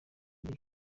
z’i